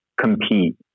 compete